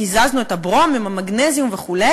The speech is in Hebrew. קיזזנו את הברום עם המגנזיום וכו'.